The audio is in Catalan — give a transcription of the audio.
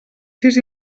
sis